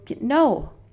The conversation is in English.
No